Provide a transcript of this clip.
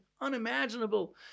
unimaginable